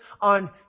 on